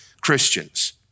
Christians